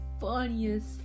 funniest